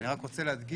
אני רק רוצה להדגיש